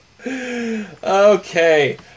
Okay